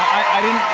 i didn't